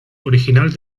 original